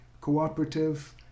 cooperative